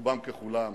ככולם